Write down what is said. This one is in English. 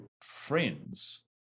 friends